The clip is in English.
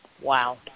Wow